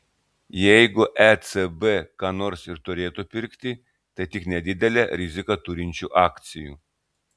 jeigu ecb ką nors ir turėtų pirkti tai tik nedidelę riziką turinčių akcijų